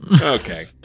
Okay